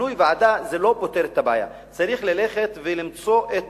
מינוי ועדה לא פותר את הבעיה, צריך ללכת ולמצוא את